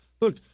look